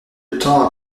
temps